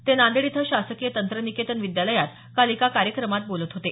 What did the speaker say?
ते नांदेड इथं शासकीय तंत्रनिकेतन विद्यालयात काल एका कार्यक्रमात बोलत होते